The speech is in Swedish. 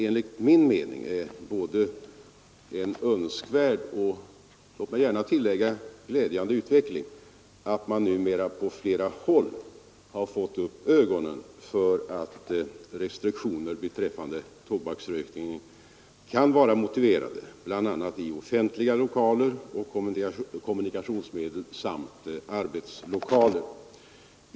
Enligt min mening är det en önskvärd och, låt mig gärna tillägga det, en glädjande utveckling att man numera på flera håll har fått upp ögonen för att restriktioner beträffande tobaksrökning kan vara motiverade bl.a. i offentliga lokaler och kommunikationsmedel samt arbetslokaler.